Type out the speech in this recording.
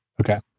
Okay